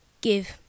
give